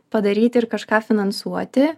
padaryti ir kažką finansuoti